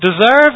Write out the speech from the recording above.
deserve